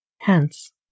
Hence